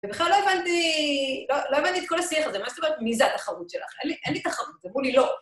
ובכלל לא הבנתי, לא הבנתי את כל השיח הזה, מה זאת אומרת מי זה התחרות שלך? אין לי תחרות, אמרו לי לא.